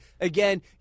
Again